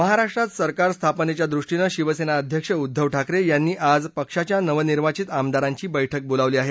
महाराष्ट्रात सरकार स्थापनेच्या दृष्टीनं शिवसेना अध्यक्ष उद्घव ठाकरे यांनी आज पक्षाच्या नवनिर्वाचित आमदारांची बैठक बोलावली आहे